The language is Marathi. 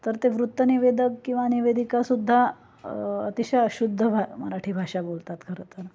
तर ते वृत्त निवेदक किंवा निवेदिका सुद्धा अतिशय अशुद्ध भा मराठी भाषा बोलतात खरं तर